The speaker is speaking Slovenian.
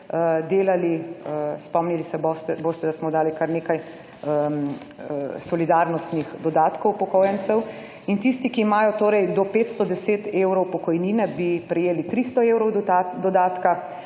delali. Spomnili se boste, da smo dali kar nekaj solidarnostnih dodatkov upokojencem. In tisti, ki imajo torej do 510 evrov pokojnine bi prejeli 300 evrov dodatka.